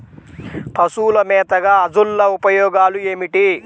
పశువుల మేతగా అజొల్ల ఉపయోగాలు ఏమిటి?